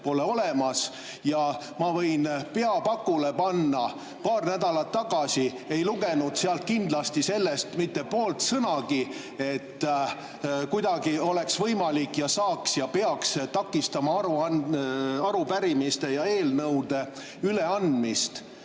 pole olemas. Ja ma võin pea pakule panna: paar nädalat tagasi ei lugenud sealt kindlasti mitte poolt sõnagi sellest, et kuidagi oleks võimalik takistada, saaks ja peaks takistama arupärimiste ja eelnõude üleandmist.